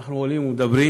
אנחנו עולים ומדברים